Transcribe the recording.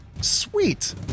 Sweet